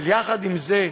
אבל יחד עם זה,